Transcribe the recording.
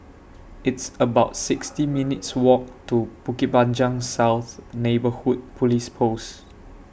It's about sixty minutes' Walk to Bukit Panjang South Neighbourhood Police Post